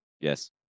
yes